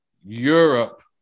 Europe